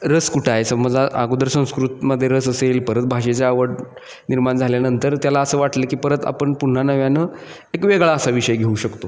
रस कुठ आहे समजा अगोदर संस्कृतमध्ये रस असेल परत भाषेचे आवड निर्माण झाल्यानंतर त्याला असं वाटलं की परत आपण पुन्हा नव्यानं एक वेगळा असा विषय घेऊ शकतो